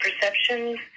perceptions